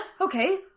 Okay